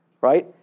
right